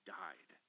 died